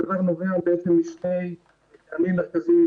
הדבר נובע משני טעמים מרכזיים,